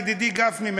ידידי גפני,